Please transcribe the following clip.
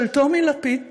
של טומי לפיד ושלי,